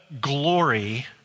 glory